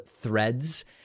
Threads